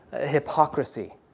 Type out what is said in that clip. hypocrisy